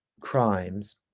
crimes